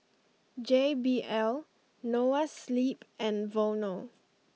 J B L Noa Sleep and Vono